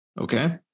okay